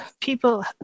people